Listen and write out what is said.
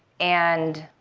and